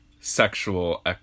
sexual